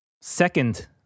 Second